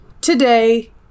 today